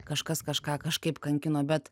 kažkas kažką kažkaip kankino bet